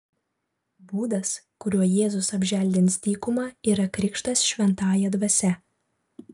būdas kuriuo jėzus apželdins dykumą yra krikštas šventąja dvasia